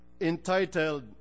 entitled